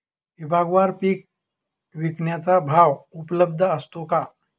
विभागवार पीक विकण्याचा भाव उपलब्ध असतो का?